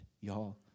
y'all